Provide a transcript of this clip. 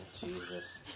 Jesus